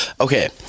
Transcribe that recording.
okay